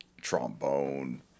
trombone